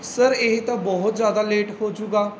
sir ਇਹ ਤਾਂ ਬਹੁਤ ਜ਼ਿਆਦਾ ਲੇਟ ਹੋਜੂਗਾ